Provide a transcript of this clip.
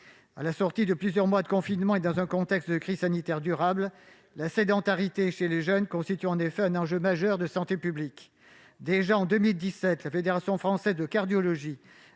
À la sortie de plusieurs mois de confinement et dans un contexte de crise sanitaire durable, la sédentarité chez les jeunes constitue un enjeu majeur de santé publique. En 2017, déjà, la Fédération française de cardiologie